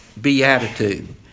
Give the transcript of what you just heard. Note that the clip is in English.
beatitude